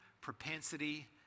propensity